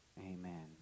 Amen